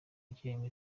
agenga